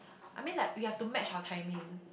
I mean like we have to match our timing